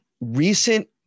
recent